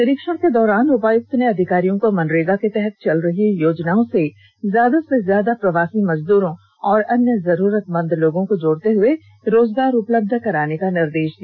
निरीक्षण के दौरान उपायुक्त ने अधिकारियों को मनरेगा के तहत चल रहे योजनाओं से ज्यादा से ज्यादा प्रवासी मजदूरों एवं अन्य जरूरतमंद लोगों को जोड़ते हुए रोजगार उपलब्ध कराने का निर्देश दिया